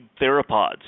theropods